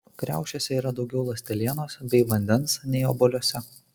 kriaušėse yra daugiau ląstelienos bei vandens nei obuoliuose